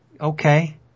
okay